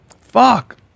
Fuck